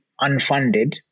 unfunded